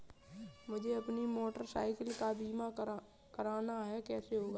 मुझे अपनी motorcycle का बीमा करना है कैसे होगा?